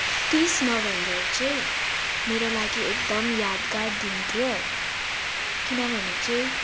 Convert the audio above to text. तिस नोभेम्बर चाहिँ मेरो लागि एकदम यादगार दिन थियो किनभने चाहिँ